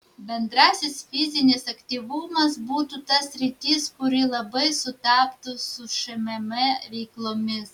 bendrasis fizinis aktyvumas būtų ta sritis kuri labai sutaptų su šmm veiklomis